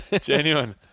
Genuine